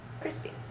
crispy